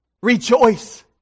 Rejoice